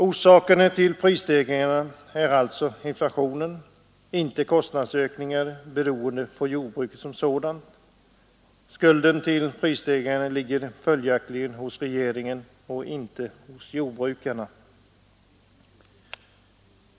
Orsaken till prisstegringarna är alltså inflationen — inte kostnadsökningar inom jordbruket. Skulden till prisstegringarna ligger följaktligen hos regeringen och inte hos jordbrukarna.